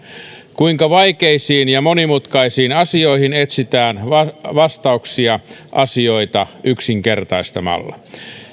kuinka vaikeisiin ja monimutkaisiin asioihin etsitään vastauksia asioita yksinkertaistamalla